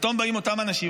פתאום באים אותם אנשים,